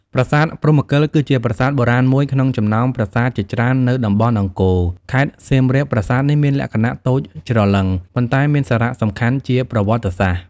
ប្រាសាទព្រហ្មកិល គឺជាប្រាសាទបុរាណមួយក្នុងចំណោមប្រាសាទជាច្រើននៅតំបន់អង្គរ ខេត្តសៀមរាប ប្រាសាទនេះមានលក្ខណៈតូចច្រឡឹង ប៉ុន្តែមានសារៈសំខាន់ជាប្រវត្តិសាស្ត្រ។